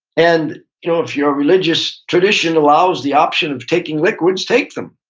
and you know if your religious tradition allows the option of taking liquids, take them.